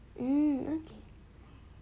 hmm okay